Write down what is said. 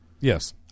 yes